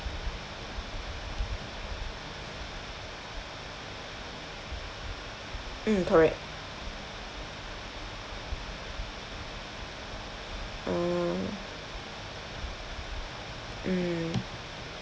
mm correct uh mm